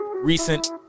recent